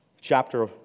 chapter